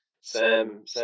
Sam